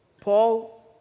Paul